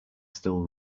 still